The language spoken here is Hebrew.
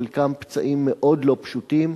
חלקם פצעים מאוד לא פשוטים,